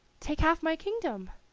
take half my kingdom.